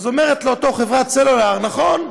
אז אומרת לו אותה חברת סלולר: נכון,